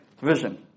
vision